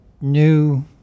new